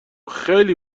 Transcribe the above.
خیلی